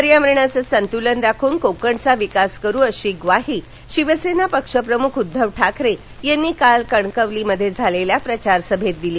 पर्यावरणाचं संतुलन राखून कोकणचा विकास करू अशी ग्वाही शिवसेना पक्षप्रमुख उद्दव ठाकरे यांनी काल कणकवलीत झालेल्या प्रचार सभेत दिली